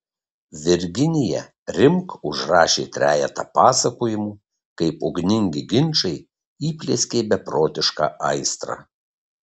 virginija rimk užrašė trejetą pasakojimų kaip ugningi ginčai įplieskė beprotišką aistrą